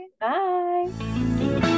Bye